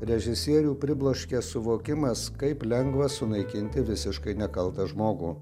režisierių pribloškė suvokimas kaip lengva sunaikinti visiškai nekaltą žmogų